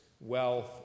wealth